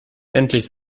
endlich